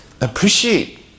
appreciate